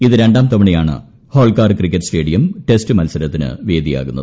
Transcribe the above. ഇത്ത്രുണ്ടാം തവണയാണ് Holkar cricket stadium test മത്സരത്തിന്റു വേദിയാകുന്നത്